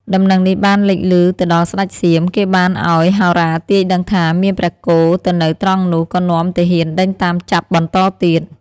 ដំណឹងនេះបានលេចឮទៅដល់ស្ដេចសៀម គេបានឲ្យហោរាទាយដឹងថា មានព្រះគោទៅនៅត្រង់នោះ ក៏នាំទាហានដេញតាមចាប់បន្តទៀត។